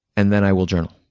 and then i will journal.